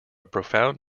profound